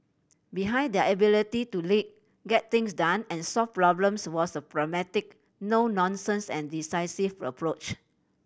behind their ability to lead get things done and solve problems was a pragmatic no nonsense and decisive approach